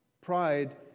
Pride